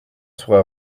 sera